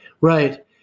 Right